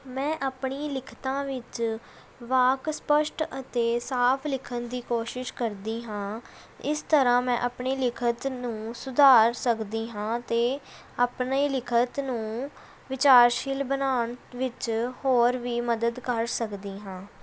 ਮੈਂ ਆਪਣੀ ਲਿਖਤਾਂ ਵਿੱਚ ਵਾਕ ਸਪੱਸ਼ਟ ਅਤੇ ਸਾਫ਼ ਲਿਖਣ ਦੀ ਕੋਸ਼ਿਸ਼ ਕਰਦੀ ਹਾਂ ਇਸ ਤਰ੍ਹਾਂ ਮੈਂ ਆਪਣੀ ਲਿਖਤ ਨੂੰ ਸੁਧਾਰ ਸਕਦੀ ਹਾਂ ਅਤੇ ਆਪਣੇ ਲਿਖਤ ਨੂੰ ਵਿਚਾਰਸ਼ੀਲ ਬਣਾਉਣ ਵਿੱਚ ਹੋਰ ਵੀ ਮਦਦ ਕਰ ਸਕਦੀ ਹਾਂ